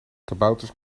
kabouters